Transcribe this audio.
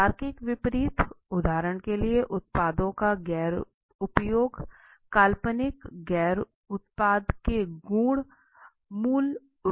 तार्किक विपरीत उदाहरण के लिए उत्पादों का गैर उपयोग काल्पनिक गैर उत्पाद के गुण मूल रूप से सही हैं